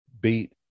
beat